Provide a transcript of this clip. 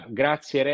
grazie